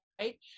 right